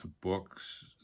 books